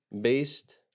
based